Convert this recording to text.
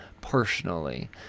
personally